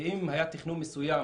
ואם היה תכנון מסוים